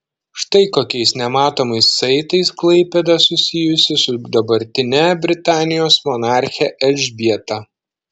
štai kokiais nematomais saitais klaipėda susijusi su dabartine britanijos monarche elžbieta